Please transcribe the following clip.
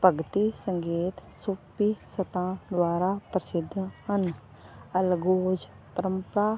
ਭਗਤੀ ਸੰਗੀਤ ਸੂਫੀ ਸਤਾ ਦੁਆਰਾ ਪ੍ਰਸਿੱਧ ਹਨ ਅਲਗੋਜ ਪ੍ਰੰਪਰਾ